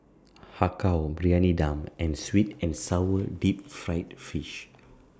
Har Kow Briyani Dum and Sweet and Sour Deep Fried Fish